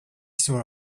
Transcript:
saw